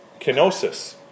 kenosis